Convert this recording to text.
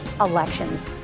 elections